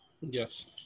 Yes